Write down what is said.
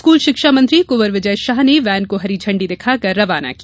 school शिक्षा मंत्री कुँवर विजय शाह ने वैन को हरी झण्डी दिखाकर रवाना किया